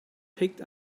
picked